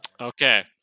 Okay